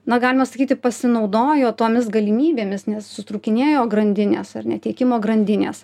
na galima sakyti pasinaudojo tomis galimybėmis nes sutrūkinėjo grandinės ar ne teikimo grandinės